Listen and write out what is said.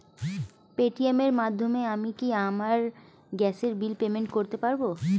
Paytm এর মাধ্যমে আমি কি আমার গ্যাসের বিল পেমেন্ট করতে পারব?